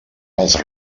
els